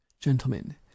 gentlemen